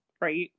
right